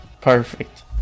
perfect